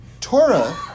Torah